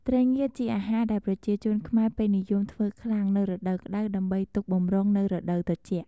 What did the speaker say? ត្រីងៀតជាអាហារដែលប្រជាជនខ្មែរពេញនិយមធ្ចើខ្លាំងនៅរដូវក្ដៅដើម្បីទុកបម្រុងនៅរដូវត្រជាក់។